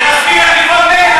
שום לגיטימציה.